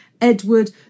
Edward